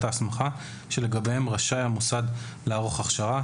ההסמכה שלגביהם רשאי המוסד לערוך הכשרה,